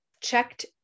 checked